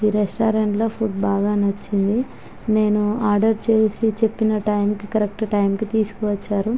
ఈ రెస్టారెంట్లో ఫుడ్ బాగా నచ్చింది నేను ఆర్డర్ చేసి చెప్పిన టైంకి కరెక్ట్ టైమ్కి తీసుకువచ్చారు